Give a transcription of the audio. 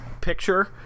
picture